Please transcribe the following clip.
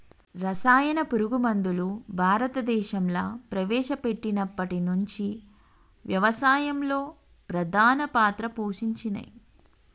రసాయన పురుగు మందులు భారతదేశంలా ప్రవేశపెట్టినప్పటి నుంచి వ్యవసాయంలో ప్రధాన పాత్ర పోషించినయ్